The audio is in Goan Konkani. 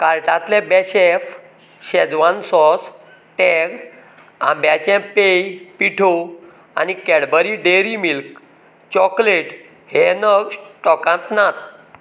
कार्टांतले बेशेफ शेजवान सॉस टँग आंब्याचें पेय पिठो आनी कॅडबरी डेरी मिल्क चॉकलेट हे नग स्टॉकांत नात